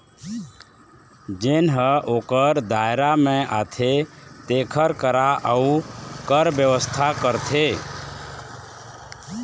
जेन ह ओखर दायरा म आथे तेखर करा अउ कर बेवस्था करथे